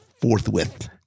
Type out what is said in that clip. forthwith